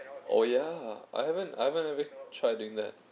oh yeah I haven't I haven't try doing that